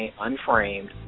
Unframed